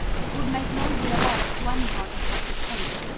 it would make no real odds to anybody but the pope.